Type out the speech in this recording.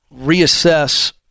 reassess